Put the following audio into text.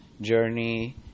journey